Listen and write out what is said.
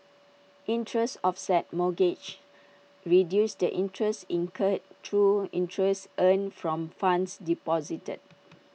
interest offset mortgages reduces the interest incurred through interest earned from funds deposited